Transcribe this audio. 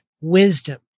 wisdom